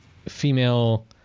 Female